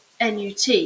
NUT